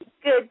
Good